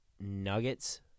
Nuggets